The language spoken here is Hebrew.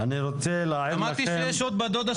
יש היום בעיה באמת אמיתית.